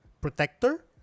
protector